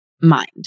mind